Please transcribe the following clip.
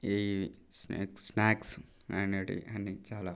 ఇవీ snacks snacks అనేటివి అన్ని చాలా